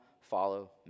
follow